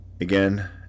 Again